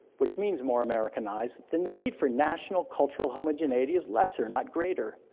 which means more americanized, then the need for national cultural homogeneity is lesser, not greater.